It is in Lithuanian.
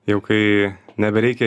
jau kai nebereikia